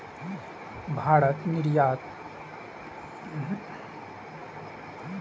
चावल निर्यात मे भारत दुनिया भरि मे सबसं अव्वल देश छियै